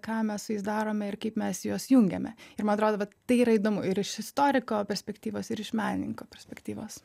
ką mes su jais darome ir kaip mes juos jungiame ir man atrodo va tai yra įdomu ir iš istoriko perspektyvos ir iš menininko perspektyvos